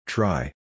Try